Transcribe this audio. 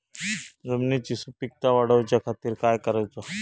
जमिनीची सुपीकता वाढवच्या खातीर काय करूचा?